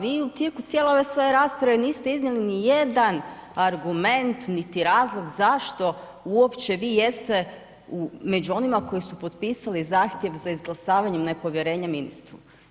Vi u tijeku cijele ove svoje rasprave niste iznijeli ni jedan argument, niti razlog zašto uopće vi jeste u, među onima koji su potpisali zahtjev za izglasavanje nepovjerenja ministru.